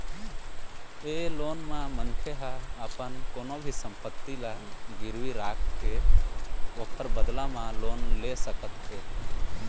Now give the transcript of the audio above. ए loan म मनखे ह अपन कोनो भी संपत्ति ल गिरवी राखके ओखर बदला म लोन ले सकत हे